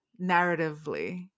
narratively